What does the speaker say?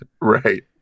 Right